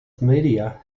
media